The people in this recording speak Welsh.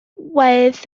wedd